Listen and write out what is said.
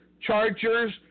Chargers